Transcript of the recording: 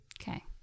Okay